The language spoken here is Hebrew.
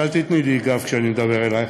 אל תפני אלי גב כשאני מדבר אלייך,